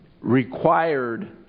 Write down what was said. required